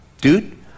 Dude